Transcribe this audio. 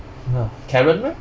karen meh